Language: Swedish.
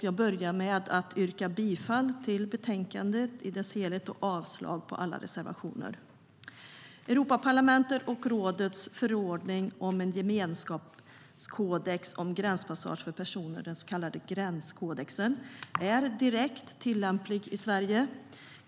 Jag yrkar bifall till förslaget i betänkandet i dess helhet och avslag på alla reservationer. Europaparlamentets och rådets förordning om en gemenskapskodex om gränspassage för personer, den så kallade gränskodexen, är direkt tillämplig i Sverige.